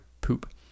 poop